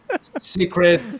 secret